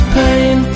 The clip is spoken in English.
pain